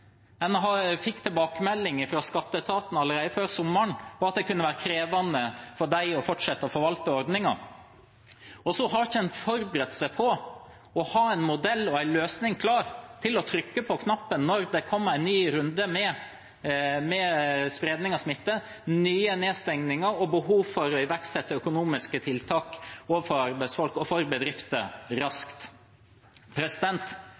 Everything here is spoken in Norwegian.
fikk tilbakemeldinger fra skatteetaten allerede før sommeren om at det kunne være krevende for dem å fortsette å forvalte ordningen. Likevel hadde en ikke forberedt seg på å ha en modell og en løsning klar til å trykke på knappen da det kom en ny runde med smittespredning, nye nedstengninger og behov for raskt å iverksette økonomiske tiltak overfor arbeidsfolk og bedrifter. Det er særdeles uklokt at en ikke har sørget for